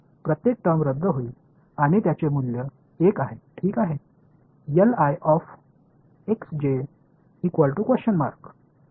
प्रत्येक टर्म रद्द होईल आणि त्याचे मूल्य 1 आहे ठीक आहे